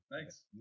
Thanks